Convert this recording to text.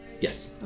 Yes